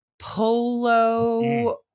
Polo